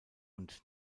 und